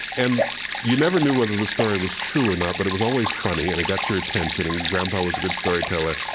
and you never knew whether the story was true or not, but it was always funny, and it got your attention, and grandpa was a good storyteller.